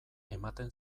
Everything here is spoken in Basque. ematen